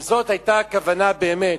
אם זאת היתה הכוונה באמת,